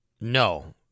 No